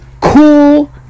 Cool